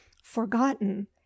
forgotten